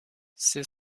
ses